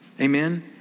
Amen